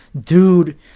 dude